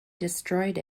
destroyed